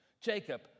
Jacob